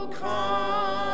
come